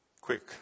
quick